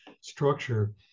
structure